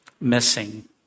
missing